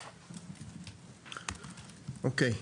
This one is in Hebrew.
אוקיי.